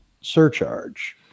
surcharge